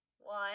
One